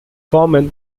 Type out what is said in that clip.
foreman